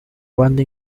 banda